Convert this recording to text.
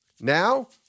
Now